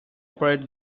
operate